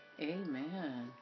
Amen